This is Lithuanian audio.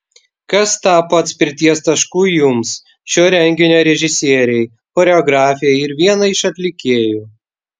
kas tapo atspirties tašku jums šio renginio režisierei choreografei ir vienai iš atlikėjų